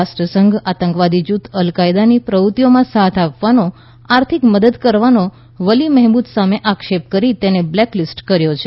રાષ્ટ્રસંઘ આતંકવાદી જૂથ અલ કાયદાની પ્રવૃત્તિઓમાં સાથ આપવાનો આર્થિક મદદ કરવાનો વલી મહેસૂદ સામે આક્ષેપ કરીને તેને બ્લેકલીસ્ટ કર્યો છે